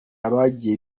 abagiye